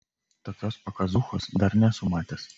tokios pakazūchos dar nesu matęs